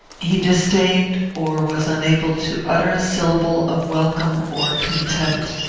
he disdained, or was unable, to utter a syllable of welcome or contempt.